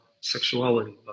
sexuality